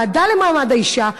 הוועדה לקידום מעמד האישה,